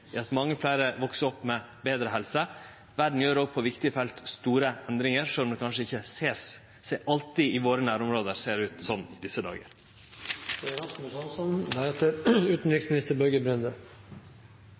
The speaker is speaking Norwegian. i at mange fleire veks opp med betre helse. Verda gjer òg på viktige felt store endringar, sjølv om det kanskje ikkje alltid ser slik ut i våre nærområde i desse dagar.